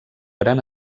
gran